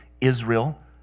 Israel